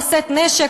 לשאת נשק,